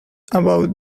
about